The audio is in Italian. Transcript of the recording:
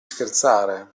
scherzare